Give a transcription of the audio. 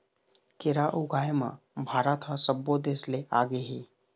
केरा ऊगाए म भारत ह सब्बो देस ले आगे हे